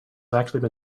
actually